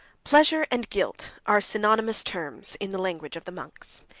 pleasure and guilt are synonymous terms in the language of the monks,